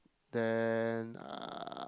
then uh